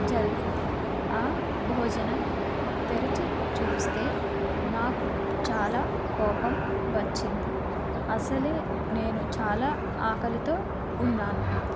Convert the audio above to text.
జరిగింది ఆ భోజనం తెరిచి చూస్తే నాకు చాలా కోపం వచ్చింది అసలే నేను చాలా ఆకలితో ఉన్నాను